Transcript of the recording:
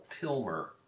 Pilmer